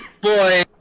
boy